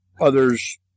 Others